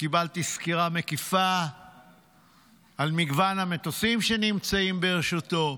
וקיבלתי סקירה מקיפה על מגוון המטוסים שנמצאים ברשותו,